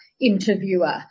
interviewer